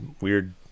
weird